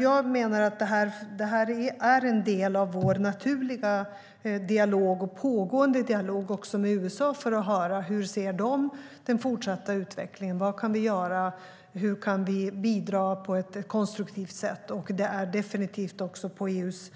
Jag menar att det är en del av vår naturliga och pågående dialog också med USA för att höra hur de ser den fortsatta utvecklingen. Vad kan vi göra? Hur kan vi bidra på ett konstruktivt sätt? Det är definitivt också på EU:s